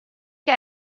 che